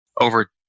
over